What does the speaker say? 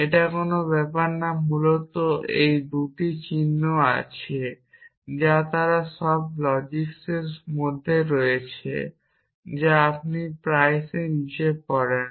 এটা কোন ব্যাপার না মূলত এই 2টি চিহ্ন আছে যা তারা সব লজিক্সের মধ্যে রয়েছে যা আপনি প্রায়শই নীচে পড়েন